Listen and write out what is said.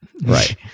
right